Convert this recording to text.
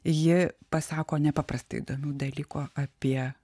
ji pasako nepaprastai įdomių dalykų apie